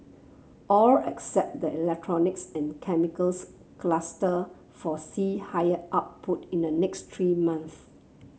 all except the electronics and chemicals cluster foresee higher output in the next three months